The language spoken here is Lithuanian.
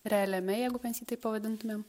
realiame jeigu mes jį taip pavadintumėm